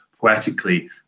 poetically